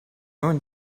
want